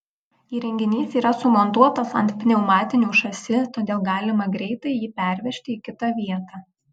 įrenginys yra sumontuotas ant pneumatinių šasi todėl galima greitai jį pervežti į kitą vietą